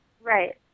right